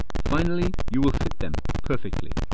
finally, you will fit them perfectly.